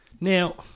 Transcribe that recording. Now